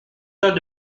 temps